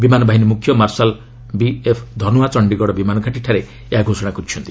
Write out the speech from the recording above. ବିମାନ ବାହିନୀ ମୁଖ୍ୟ ମାର୍ଶାଲ୍ ବିଏଫ୍ ଧନୱା ଚଣ୍ଡୀଗଡ଼ ବିମାନ ଘାଟିଠାରେ ଏହା ଘୋଷଣା କରିଛନ୍ତି